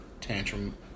tantrum